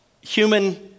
human